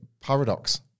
paradox